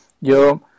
Yo